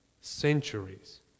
centuries